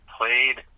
played